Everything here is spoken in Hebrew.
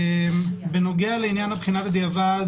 בנוגע לעניין הבחינה בדיעבד,